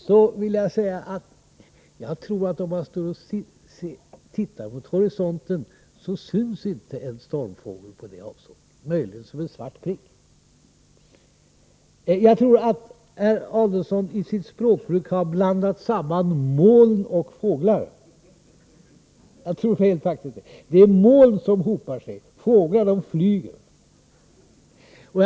Då vill jag säga att jag tror, att om man ser mot horisonten, upptäcker man inte någon stormfågel, möjligen en svart prick. Jag tror att herr Adelsohn i sitt språkbruk har blandat samman moln och fåglar. Jag tror faktiskt det. Det är moln som hopar sig, fåglar flyger.